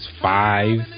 five